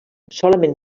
solament